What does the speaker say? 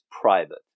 private